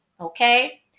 okay